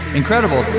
incredible